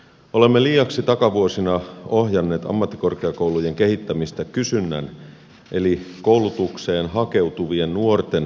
olemme liiaksi takavuosina ohjanneet ammattikorkeakoulujen kehittämistä kysynnän eli koulutukseen hakeutuvien nuorten toiveiden mukaan